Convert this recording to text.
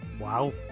Wow